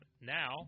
now –